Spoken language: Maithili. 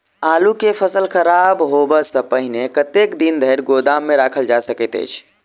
आलु केँ फसल खराब होब सऽ पहिने कतेक दिन धरि गोदाम मे राखल जा सकैत अछि?